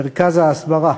מרכז ההסברה,